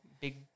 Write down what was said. big